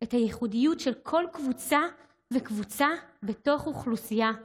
את הייחודיות של כל קבוצה וקבוצה בתוך אוכלוסייה שלמה.